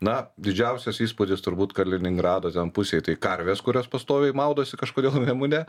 na didžiausias įspūdis turbūt kaliningrado ten pusėj tai karvės kurios pastoviai maudosi kažkodėl nemune